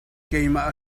keimah